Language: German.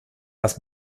das